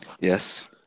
Yes